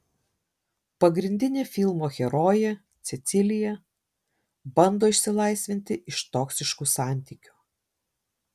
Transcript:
pagrindinė filmo herojė cecilija bando išsilaisvinti iš toksiškų santykių